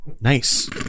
Nice